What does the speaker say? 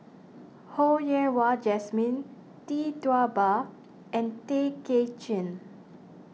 Ho Yen Wah Jesmine Tee Tua Ba and Tay Kay Chin